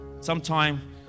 Sometime